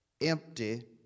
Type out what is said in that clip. empty